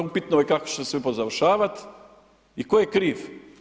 Upitno je kako će sve pozavršavati i tko je kriv?